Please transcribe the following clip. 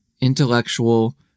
intellectual